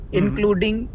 including